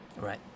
right